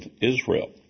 Israel